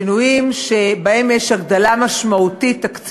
שינויים שבהם יש הגדלה תקציבית